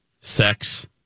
Sex